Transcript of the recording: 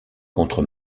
contre